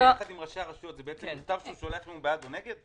מדברים של ראשי הרשויות זה בעצם מכתב שהוא שולח אם הוא בעד או נגד?